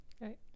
right